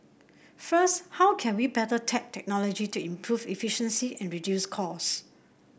first how can we better tap technology to improve efficiency and reduce cost